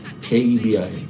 K-E-B-I